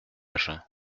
agen